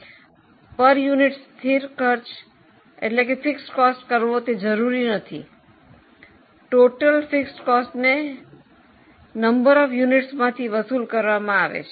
પ્રતિ એકમ સ્થિર ખર્ચ કરવો તે જરૂરી નથી કુલ સ્થિર ખર્ચને એકમોની સંખ્યા માંથી વસૂલ કરવામાં આવે છે